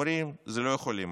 שאומרים: זה לא יכול להימשך.